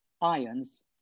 ions